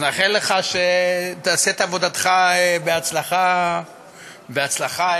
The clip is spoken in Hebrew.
נאחל לך שתעשה את עבודתך בהצלחה רבה.